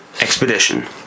Expedition